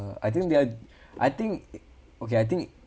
I think they are I think okay I think